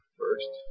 first